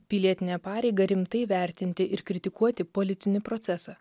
pilietinę pareigą rimtai vertinti ir kritikuoti politinį procesą